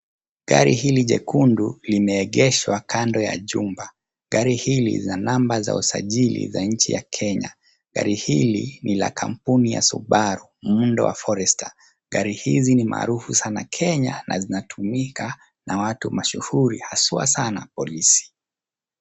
Gari hili jekundu limeegeshwa kando ya jumba. Gari hili la namba za usajili za nchi ya Kenya. Gari hili ni la kampuni ya Subaru muundo wa Forester. Gari hizi ni maarufu sana Kenya na zinatumika na watu mashuhuri haswa sana polisi.